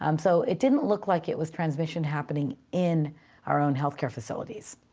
um so it didn't look like it was transmission happening in our own healthcare facilities.